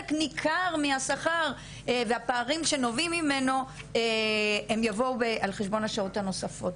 ניכר מהשכר והפערים שנובעים ממנו יבואו על חשבון השעות הנוספות.